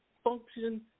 Function